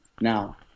Now